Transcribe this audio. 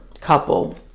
couple